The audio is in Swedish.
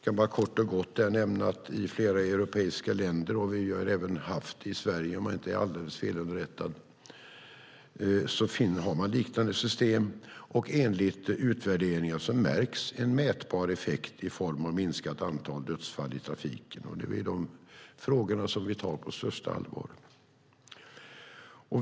Jag kan kort och gott nämna att i flera europeiska länder har man liknande system. Vi har även haft det i Sverige, om jag inte är alldeles felunderrättad. Enligt utvärderingar märks en mätbar effekt i form av minskat antal dödsfall i trafiken. Det är de frågorna som vi tar på största allvar.